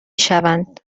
شوند